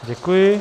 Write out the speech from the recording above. Děkuji.